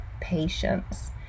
patience